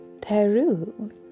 Peru